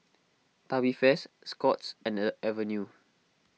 Tubifast Scott's and Avene